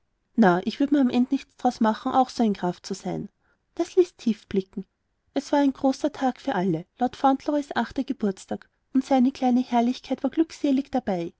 na ich würd mir am end nichts draus machen auch so ein graf zu sein das ließ tief blicken es war ein großer tag für alle lord fauntleroys achter geburtstag und seine kleine herrlichkeit war glückselig dabei